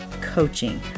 coaching